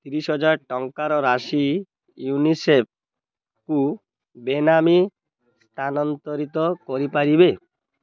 ତିରିଶହଜାର ଟଙ୍କାର ରାଶି ୟୁନିସେଫ୍କୁ ବେନାମୀ ସ୍ଥାନାନ୍ତରିତ କରିପାରିବ